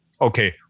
okay